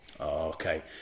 Okay